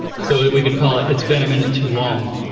so we could call it it's been a minute too long.